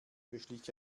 beschlich